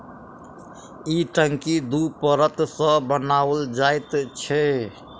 ई टंकी दू परत सॅ बनाओल जाइत छै